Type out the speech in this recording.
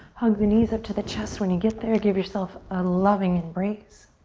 hug the knees up to the chest. when you get there, give yourself a loving embrace.